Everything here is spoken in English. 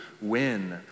win